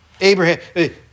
Abraham